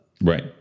Right